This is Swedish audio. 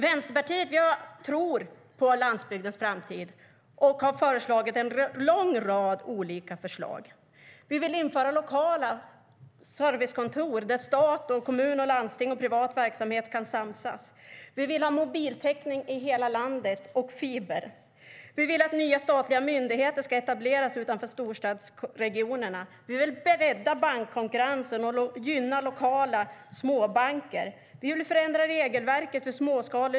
Vänsterpartiet tror på landsbygdens framtid och har lagt fram en lång rad olika förslag.